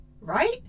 Right